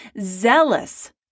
zealous